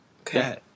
Okay